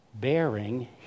bearing